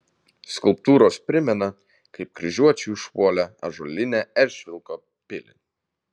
skulptūros primena kaip kryžiuočiai užpuolė ąžuolinę eržvilko pilį